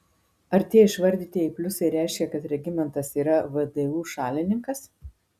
ar tie išvardytieji pliusai reiškia kad regimantas yra vdu šalininkas